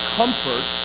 comfort